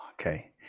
Okay